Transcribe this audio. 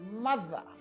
mother